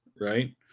right